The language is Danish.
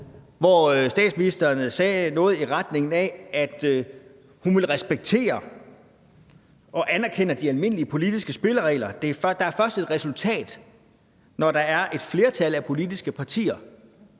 hvor statsministeren sagde noget i retning af, at hun ville respektere og anerkende de almindelige politiske spilleregler. Der er først et resultat, når der er et flertal af politiske partier.